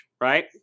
right